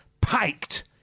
piked